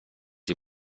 die